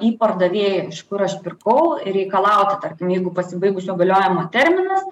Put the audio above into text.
į pardavėją iš kur aš pirkau reikalauti tarkim jeigu pasibaigusio galiojimo terminas